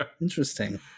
Interesting